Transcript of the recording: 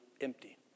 empty